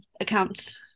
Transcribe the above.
accounts